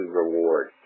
reward